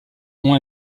ont